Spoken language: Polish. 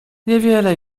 niewiele